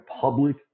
public